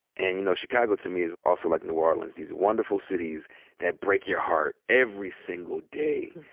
and, you know, chicago to me is also like new orleans. these wonderful cities that break your heart every single day.